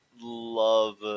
love